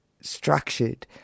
structured